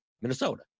Minnesota